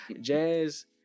Jazz